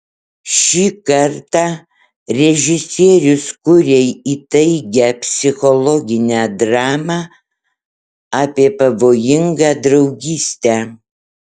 šį kartą režisierius kuria įtaigią psichologinę dramą apie pavojingą draugystę